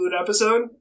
episode